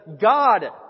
God